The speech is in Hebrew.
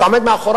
אתה עומד מאחוריו.